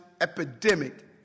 epidemic